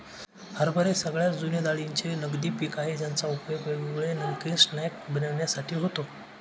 हरभरे सगळ्यात जुने डाळींचे नगदी पिक आहे ज्याचा उपयोग वेगवेगळे नमकीन स्नाय्क्स बनविण्यासाठी होतो